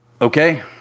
okay